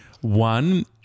one